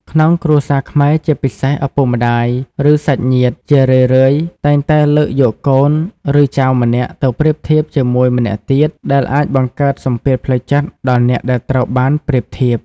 ក្នុងគ្រួសារខ្មែរជាពិសេស ឪពុកម្តាយ ឬសាច់ញាតិ ជារឿយៗតែងតែលើកយកកូន ឬចៅម្នាក់ទៅប្រៀបធៀបជាមួយម្នាក់ទៀត ដែលអាចបង្កើតសម្ពាធផ្លូវចិត្តដល់អ្នកដែលត្រូវបានប្រៀបធៀប។